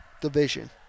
division